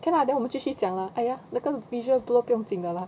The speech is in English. can lah then 我们继续讲 lah !aiya! 那个 visual 不用紧 lah